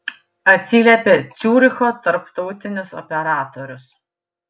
atsiliepė ciuricho tarptautinis operatorius